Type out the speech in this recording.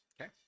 Okay